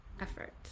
effort